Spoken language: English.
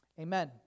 amen